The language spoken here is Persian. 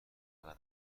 قدم